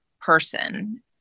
person